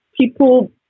people